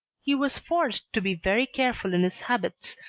he was forced to be very careful in his habits,